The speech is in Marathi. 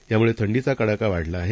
यामूळे थंडीचा कडाका वाढला आहे